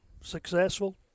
successful